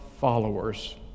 followers